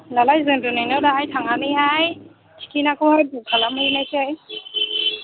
होनबालाय जों दिनैनो दाहाय थांनानैहाय थिखिटआखौ हाय बुख खालामहैनायसै